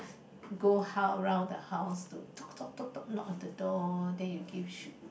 go hou~ around the house to knock on the door then you give